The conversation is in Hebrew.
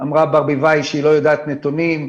אמרה ברביבאי שהיא לא יודעת נתונים,